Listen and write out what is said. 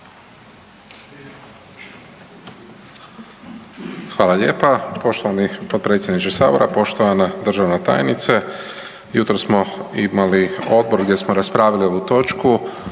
Hvala lijepa poštovani potpredsjedniče sabora. Poštovana državna tajnice, jutros smo imali odbor gdje smo raspravili ovu točku,